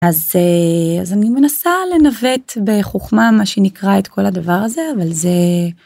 אז אני מנסה לנווט בחוכמה, מה שנקרא, את כל הדבר הזה אבל זה.